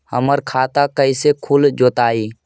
हमर खाता कैसे खुल जोताई?